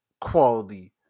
quality